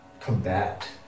combat